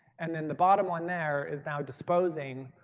and then the bottom one there is now disposing,